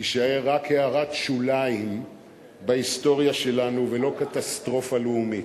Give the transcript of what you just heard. תישאר רק הערת שוליים בהיסטוריה שלנו ולא קטסטרופה לאומית.